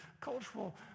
cultural